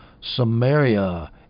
Samaria